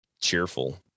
cheerful